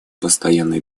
постоянной